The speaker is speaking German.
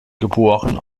geboren